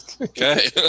Okay